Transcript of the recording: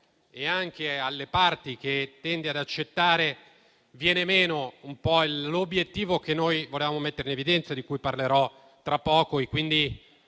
e anche alle parti che tende ad accettare, viene meno l'obiettivo che noi volevamo mettere in evidenza e di cui parlerò tra poco. Noi ci